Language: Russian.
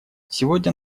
сегодня